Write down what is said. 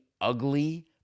ugly